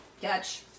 Catch